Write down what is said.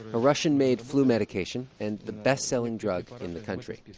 a russian-made flu medication and the best-selling drug in the country.